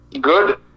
good